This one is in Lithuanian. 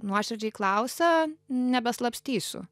nuoširdžiai klausia nebeslapstysiu